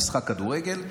למשחק כדורגל,